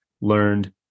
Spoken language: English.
learned